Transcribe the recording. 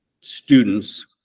students